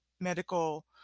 medical